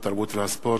התרבות והספורט.